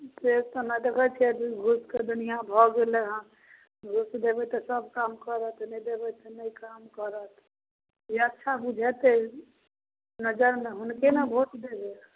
देश सबमे देखे छिए घूसके दुनिआ भऽ गेलै हँ घूस देबै तऽ सब काम करत नहि देबै तऽ नहि काम करत जे अच्छा बुझेतै नजरिमे हुनके ने भोट देबै